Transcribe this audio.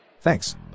Thanks